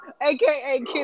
AKA